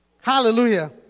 Hallelujah